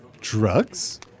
drugs